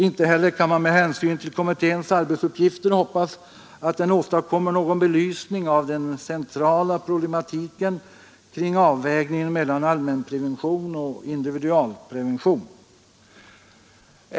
Inte heller kan man med hänsyn till kommitténs arbetsuppgifter hoppas att den åstadkommer någon belysning av den centrala problematiken kring avvägningen mellan allmänprevention och individualprevention.